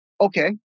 Okay